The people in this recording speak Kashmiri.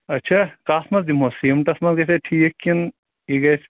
اچھا کَتھ منٛز دِمہوٗس سیٖمنٛٹس منٛز گژھیٛا ٹھیٖک کِنہٕ یہِ گژھِ